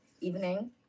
evening